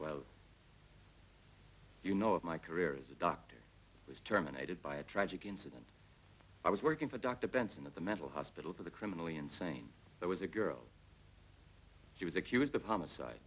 well you know my career as a doctor was terminated by a tragic incident i was working for dr benson of the mental hospital for the criminally insane there was a girl she was accused of homicide